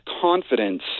confidence